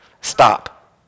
Stop